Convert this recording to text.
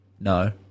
No